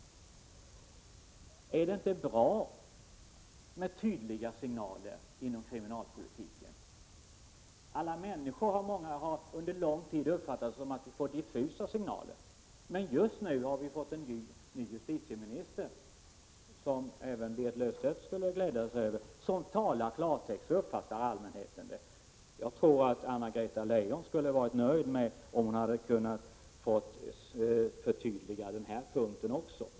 Är det inte bra med tydliga signaler inom kriminalpolitiken? Alla människor har under lång tid uppfattat det så att vi får diffusa signaler. Men vi har nyligen fått en ny justitieminister, som även Berit Löfstedt borde kunna glädja sig åt, som talar klartext — så uppfattar allmänheten det. Jag tror att Anna-Greta Leijon skulle ha varit nöjd om hon hade kunnat få förtydliga den här punkten också.